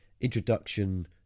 introduction